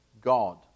God